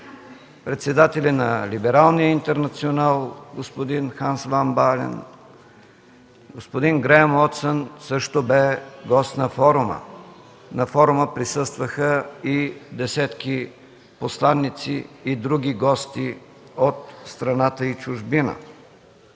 председатели на Либералния интернационал: господин Ханс ван Баален, господин Греъм Уотсън също бе гост на форума. На форума присъстваха и десетки посланици и други гости от страната и чужбина.